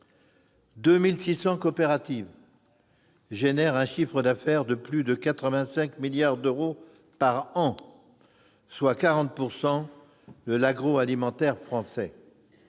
2 600 coopératives génèrent un chiffre d'affaires de plus de 85 milliards d'euros par an, soit 40 % de l'agroalimentaire français.